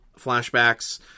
flashbacks